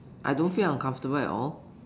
I don't feel uncomfortable at all